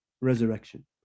resurrection